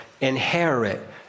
inherit